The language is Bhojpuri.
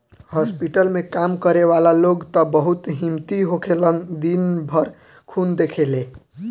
हॉस्पिटल में काम करे वाला लोग त बहुत हिम्मती होखेलन दिन भर खून देखेले